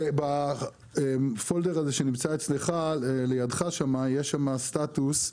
בפולדר שנמצא לידך יש סטטוס,